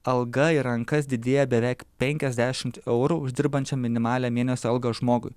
alga į rankas didėja beveik penkiasdešimt eurų uždirbančiam minimalią mėnesio algą žmogui